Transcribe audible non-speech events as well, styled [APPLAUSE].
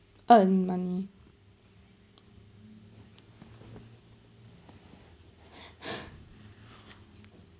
earn money [BREATH]